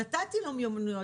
נתתי מיומנויות,